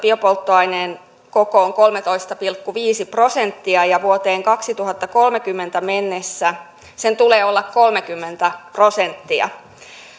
biopolttoaineen osuus on kolmetoista pilkku viisi prosenttia ja vuoteen kaksituhattakolmekymmentä mennessä sen tulee olla kolmekymmentä prosenttia